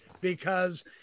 because-